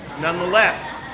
nonetheless